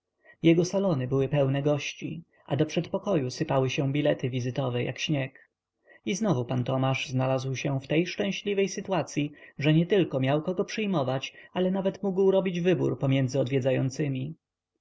jego salony były pełne gości a do przedpokoju sypały się bilety wizytowe jak śnieg i znowu pan tomasz znalazł się w tej szczęśliwej pozycyi że nietylko miał kogo przyjmować ale nawet mógł robić wybór pomiędzy odwiedzającymi